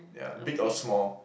yeah big or small